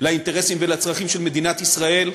לאינטרסים ולצרכים של מדינת ישראל,